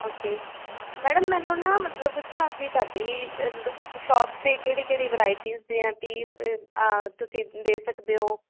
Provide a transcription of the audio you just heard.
okay madam ਮੈਨੂੰ ਨਾ ਮਤਲਬ ਪੁੱਛਣਾ ਸੀ ਤੁਹਾਡੀ ਸ਼ੋਪ 'ਤੇ ਕਿਹੜੀ ਕਿਹੜੀ ਵਿਰਾਈਟੀਜ ਦੀਆਂ ਟੀ ਤੁਸੀਂ ਦੇ ਸਕਦੇ ਹੋ